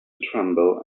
tremble